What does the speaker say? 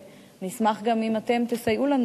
ונשמח גם אם אתם תסייעו לנו,